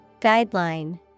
Guideline